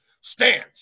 stands